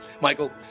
Michael